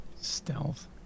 Stealth